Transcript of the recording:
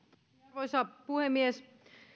arvoisa puhemies